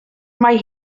mae